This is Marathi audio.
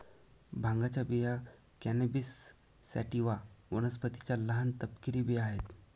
भांगाच्या बिया कॅनॅबिस सॅटिवा वनस्पतीच्या लहान, तपकिरी बिया आहेत